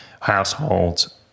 households